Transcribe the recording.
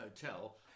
Hotel